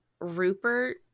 Rupert